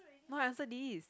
no I answer this